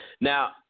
now